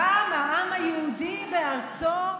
קם העם היהודי בארצו,